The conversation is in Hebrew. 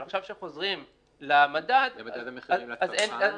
אבל עכשיו כשחוזרים למדד --- למדד המחירים לצרכן?